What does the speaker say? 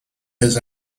his